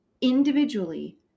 individually